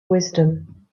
wisdom